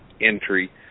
entry